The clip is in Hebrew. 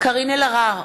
קארין אלהרר,